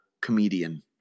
comedian